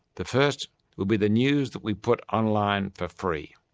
the first will be the news that we put online for free.